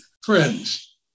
friends